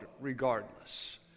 regardless